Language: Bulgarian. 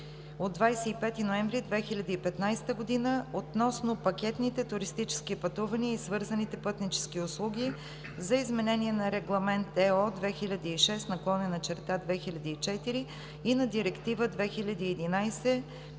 от 25 ноември 2015 г. относно пакетните туристически пътувания и свързаните пътнически услуги за изменение на Регламент (ЕО) 2006/2004 и на Директива 2011/83/ЕС